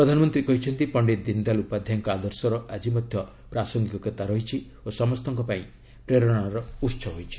ପ୍ରଧାନମନ୍ତ୍ରୀ କହିଛନ୍ତି ପଣ୍ଡିତ ଦୀନଦୟାଲ ଉପାଧ୍ୟାୟଙ୍କ ଆଦର୍ଶର ଆଜି ମଧ୍ୟ ପ୍ରାସଙ୍ଗିକତା ରହିଛି ଓ ସମସ୍ତଙ୍କ ପାଇଁ ପ୍ରେରଣାର ଉତ୍ସ ହୋଇଛି